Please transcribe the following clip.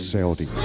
Saudi